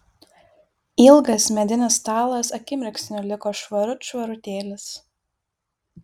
ilgas medinis stalas akimirksniu liko švarut švarutėlis